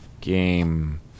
game